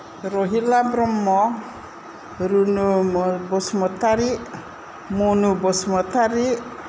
Rahila Brahma Runu Basumatary Manu Basumatary